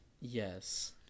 yes